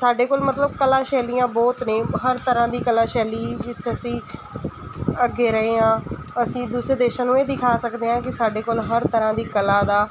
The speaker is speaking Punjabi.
ਸਾਡੇ ਕੋਲ ਮਤਲਬ ਕਲਾ ਸ਼ੈਲੀਆਂ ਬਹੁਤ ਨੇ ਹਰ ਤਰ੍ਹਾਂ ਦੀ ਕਲਾ ਸ਼ੈਲੀ ਵਿੱਚ ਅਸੀਂ ਅੱਗੇ ਰਹੇ ਹਾਂ ਅਸੀਂ ਦੂਸਰੇ ਦੇਸ਼ਾਂ ਨੂੰ ਇਹ ਦਿਖਾ ਸਕਦੇ ਹਾਂ ਕਿ ਸਾਡੇ ਕੋਲ ਹਰ ਤਰ੍ਹਾਂ ਦੀ ਕਲਾ ਦਾ